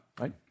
right